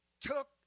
took